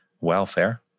welfare